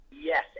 Yes